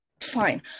fine